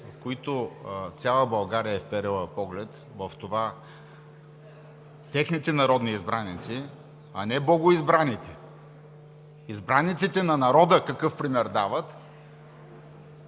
които цяла България е вперила поглед в техните народни избраници, а не богоизбраните, избраниците на народа какъв пример дават,